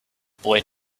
boy